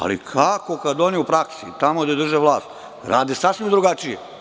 Ali, kako kada oni u praksi tamo gde trže vlast rade sasvim drugačije?